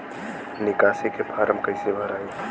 निकासी के फार्म कईसे भराई?